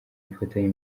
ubufatanye